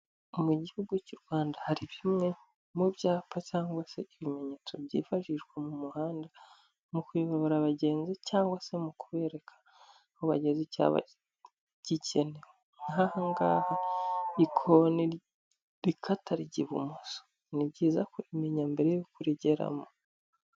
Mu gihugu cy'u Rwanda hari bimwe mu byapa cyangwa se ibimenyetso byifashishwa mu muhanda mu kuyobora abagenzi cyangwa se mu kubereka aho bageza icyaba gikenewe, nk'ahangaha ikoni rikata ryijya ibumoso ni byiza kurimenya mbere yuko urigeramo.